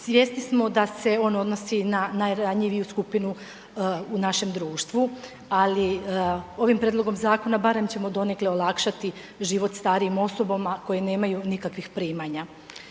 Svjesni smo da se on odnosi na najranjiviju skupinu u našem društvu, ali ovim prijedlogom zakona barem ćemo donekle olakšati život starijim osobama koje nemaju nikakvih primanja.